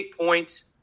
points